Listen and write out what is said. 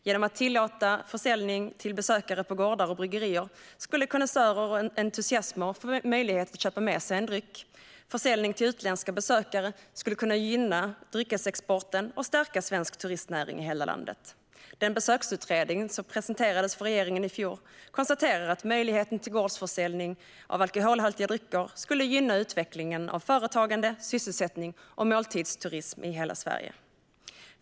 Genom att tillåta försäljning till besökare på gårdar och bryggerier skulle konnässörer och entusiaster få möjlighet att köpa med sig dryck, och försäljning till utländska besökare skulle kunna gynna dryckesexporten och stärka svensk turistnäring i hela landet. Den besöksutredning som presenterades för regeringen i fjol konstaterar att möjligheten till gårdsförsäljning av alkoholhaltiga drycker skulle gynna utvecklingen av företagande, sysselsättning och måltidsturism i hela Sverige.